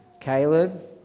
Caleb